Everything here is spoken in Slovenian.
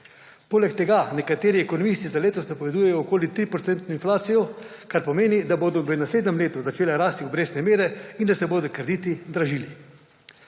Poleg tega nekateri ekonomisti za letos napovedujejo okoli 3-procentno inflacijo, kar pomeni, da bodo v naslednjem letu začele rasti obrestne mere in da se bodo krediti dražili.